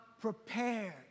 prepared